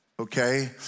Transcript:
Okay